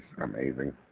amazing